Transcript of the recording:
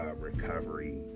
recovery